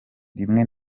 rimwe